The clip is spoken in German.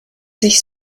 sich